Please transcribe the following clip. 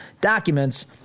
documents